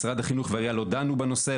משרד החינוך והעירייה לא דנו בנושא,